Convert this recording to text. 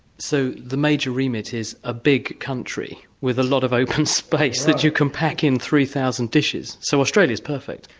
so, the major remit is a big country with a lot of open space that you can pack in three thousand dishes. so australia is perfect.